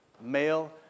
Male